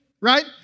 right